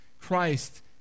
Christ